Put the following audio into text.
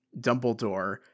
dumbledore